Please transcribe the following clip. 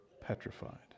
petrified